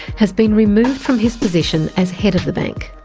has been removed from his position as head of the bank.